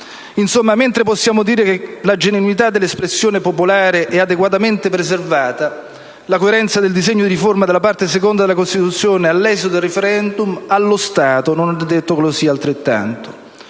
Insomma, mentre possiamo dire che la genuinità dell'espressione popolare è adeguatamente preservata, la coerenza del disegno di riforma della Parte II della Costituzione, all'esito del *referendum*, allo stato non è detto che lo sia altrettanto.